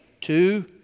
two